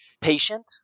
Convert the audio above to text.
patient